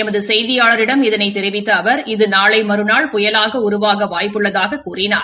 எமது செய்தியாளிடம் இதனைத் தெரிவித்த அவர் இது நாளை மறுநாள் புயலாக உருவாக வாய்ப்பு உள்ளதாகத் தெரிவித்தார்